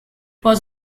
was